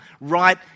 right